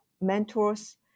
mentors